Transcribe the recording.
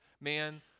man